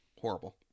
Horrible